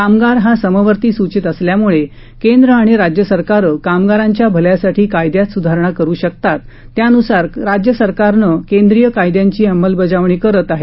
कामगार हा समवर्ती सुचीत असल्यामुळे केंद्र आणि राज्य सरकारं कामगारांच्या भल्यासाठी कायद्यात सुधारणा करू शकतात त्यानुसार राज्य सरकारं केंद्रीय कायद्यांची अंमलबजावणी करत आहेत